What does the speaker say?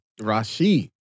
Rashi